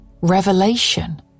revelation